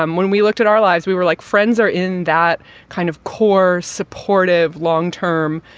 um when we looked at our lives, we were like friends are in that kind of core, supportive, long term,